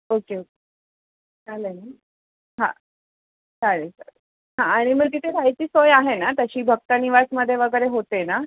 okay okay चालेल ना हां चालेल चालेल हां आणि मग तिथे राहायची सोय आहे ना तशी भक्त निवासमध्ये वगैरे होते ना